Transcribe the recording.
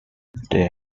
they